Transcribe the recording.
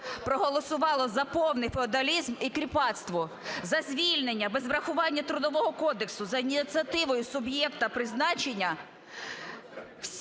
проголосувало за повний феодалізм і кріпацтво, за звільнення без урахування Трудового кодексу за ініціативою суб'єкта призначення